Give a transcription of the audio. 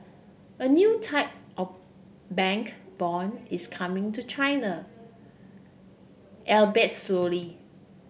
a new type of bank bond is coming to China albeit slowly